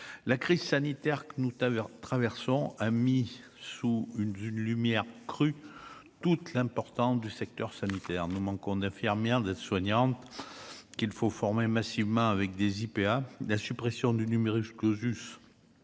la crise sanitaire que nous tu as heure traversons un mis sous une lumière crue toute l'importance du secteur sanitaire, nous manquons d'infirmières, d'aides-soignantes, qu'il faut former massivement avec des IPA la suppression du numerus clausus